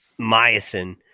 Myosin